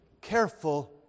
careful